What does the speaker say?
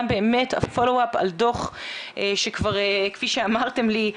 גם באמת פולו-אפ על דוח שכפי שאמרתם לי,